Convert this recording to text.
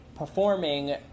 performing